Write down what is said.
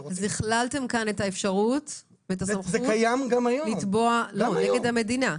אז הכללתם כאן את האפשרות ואת הסמכות לתבוע נגד המדינה?